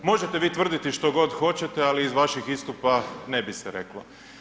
Možete vi tvrditi što god hoćete, ali iz vaših istupa ne bi se reklo.